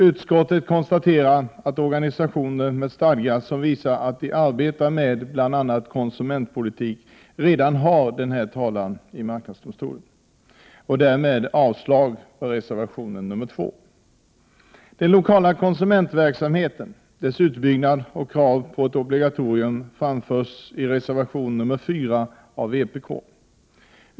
Utskottet konstaterar att organisationer med stadgar som visar att de arbetar med bl.a. konsumentpolitik redan har rätt till talan i marknadsdomstolen. Därmed yrkar jag avslag på reservation 2. Den lokala konsumentverksamhetens utbyggnad och kravet på ett obligatorium behandlas i reservation 4 från vpk.